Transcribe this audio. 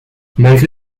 malgré